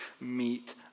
meet